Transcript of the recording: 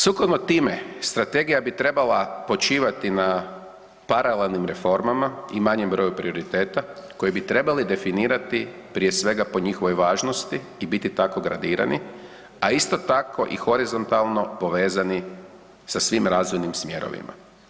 Sukladno time strategija bi trebala počivati na paralelnim reformama i manjem broju prioriteta koji bi trebali definirati prije svega po njihovoj važnosti i biti tako gradirani, a isto tako i horizontalno povezani sa svim razvojnim smjerovima.